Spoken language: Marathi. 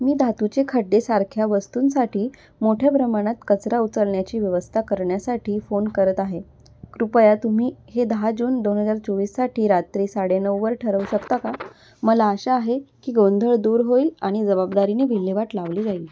मी धातूचे खड्डेसारख्या वस्तूंसाठी मोठ्या प्रमाणात कचरा उचलण्याची व्यवस्था करण्यासाठी फोन करत आहे कृपया तुम्ही हे दहा जुन दोन हजार चोवीससाठी रात्री साडेनऊवर ठरवू शकता का मला आशा आहे की गोंधळ दूर होईल आणि जवाबदारीने विल्हेवाट लावली जाईल